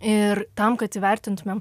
ir tam kad įvertintumėm